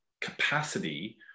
capacity